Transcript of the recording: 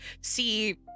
see